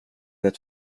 det